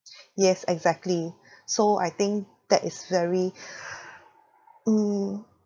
yes exactly so I think that is very mm